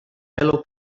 mellow